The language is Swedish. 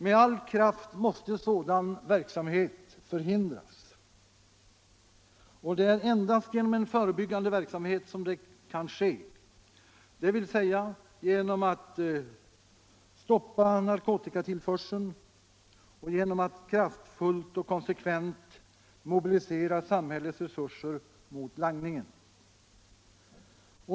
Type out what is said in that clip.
Med all kraft måste sådan verksamhet förhindras, och det är endast genom en förebyggande verksamhet som det kan ske, dvs. genom att stoppa narkotikatillförseln och genom att kraftfullt och konsekvent mobilisera samhällets resurser mot langningen.